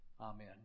Amen